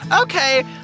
Okay